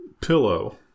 pillow